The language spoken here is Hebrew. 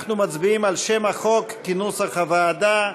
אנחנו מצביעים על שם החוק, כנוסח הוועדה.